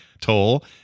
toll